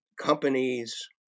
companies